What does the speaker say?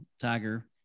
Tiger